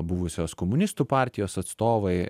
buvusios komunistų partijos atstovai